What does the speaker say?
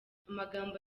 amagambo